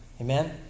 Amen